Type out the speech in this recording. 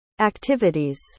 activities